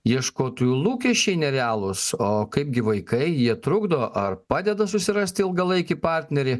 ieškotojų lūkesčiai nerealūs o kaipgi vaikai jie trukdo ar padeda susirasti ilgalaikį partnerį